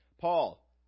Paul